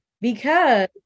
because-